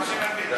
רק שנבין?